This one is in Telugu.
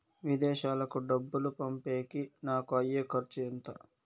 విదేశాలకు డబ్బులు పంపేకి నాకు అయ్యే ఖర్చు ఎంత?